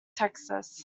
texas